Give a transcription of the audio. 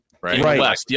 right